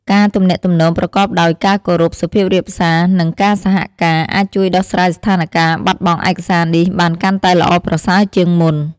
ការទំនាក់ទំនងប្រកបដោយ ការគោរព សុភាពរាបសារ និងការសហការ អាចជួយដោះស្រាយស្ថានការណ៍បាត់បង់ឯកសារនេះបានកាន់តែល្អប្រសើរជាងមុន។